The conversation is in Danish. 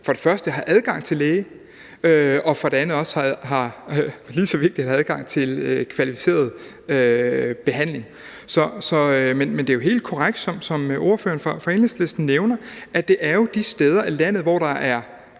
for det første har adgang til læge og for det andet – og lige så vigtigt – har adgang til kvalificeret behandling. Men det er jo helt korrekt, som ordføreren for Enhedslisten nævner, at det er de steder i landet, hvor der er